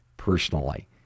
personally